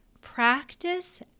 practice